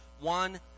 One